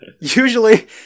usually